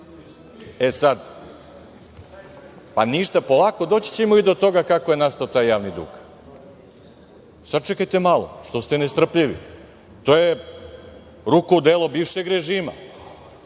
tačan podatak. Polako, doći ćemo i do toga kako je nastao taj javni dug. Sačekajte malo, što ste nestrpljivi? To je ruka i delo bivšeg režima.